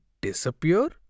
disappear